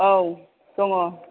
औ दङ